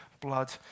blood